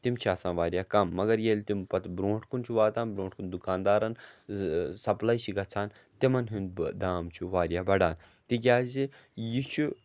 تِم چھِ آسان واریاہ کَم مگر ییٚلہِ تِم پَتہٕ برونٛٹھ کُن چھُ واتان برونٛٹھ کُن دُکاندارَن سَپلاے چھِ گَژھان تِمَن ہُنٛد بہٕ دام چھُ واریاہ بَڑان تِکیٛازِ یہِ چھُ